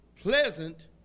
pleasant